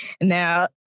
Now